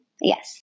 Yes